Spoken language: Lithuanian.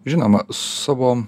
žinoma savo